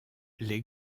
les